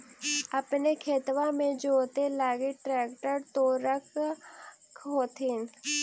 अपने खेतबा मे जोते लगी ट्रेक्टर तो रख होथिन?